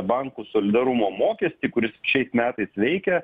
bankų solidarumo mokestį kuris šiais metais veikia